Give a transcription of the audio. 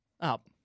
up